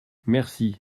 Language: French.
merci